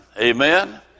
Amen